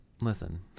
Listen